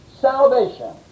Salvation